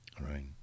Right